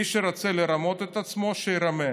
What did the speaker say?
מי שרוצה לרמות את עצמו, שירמה,